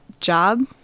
job